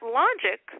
logic